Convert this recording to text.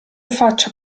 faccia